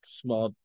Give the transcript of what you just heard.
small